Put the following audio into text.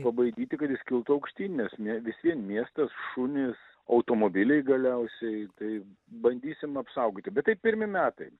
pabaidyti kad jis kiltų aukštyn nes ne vis vien miestas šunys automobiliai galiausiai tai bandysim apsaugoti bet tai pirmi metai